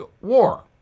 war